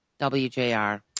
WJR